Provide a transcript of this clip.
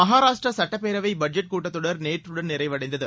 மகாராஷ்டிா சுட்டப்பேரவை பட்ஜெட் கூட்டத் தொடர் நேற்றுடன் நிறைவடைந்தது